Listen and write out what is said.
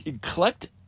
collect